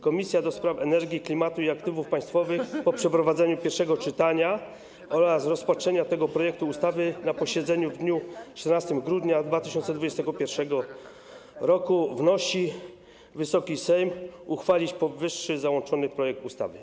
Komisja do Spraw Energii, Klimatu i Aktywów Państwowych po przeprowadzeniu pierwszego czytania oraz rozpatrzeniu tego projektu ustawy na posiedzeniu w dniu 14 grudnia 2021 r. wnosi, aby Wysoki Sejm uchwalić raczył powyższy projekt ustawy.